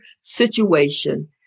situation